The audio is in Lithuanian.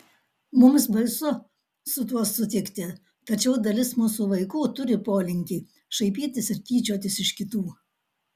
mums baisu su tuo sutikti tačiau dalis mūsų vaikų turi polinkį šaipytis ir tyčiotis iš kitų